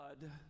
God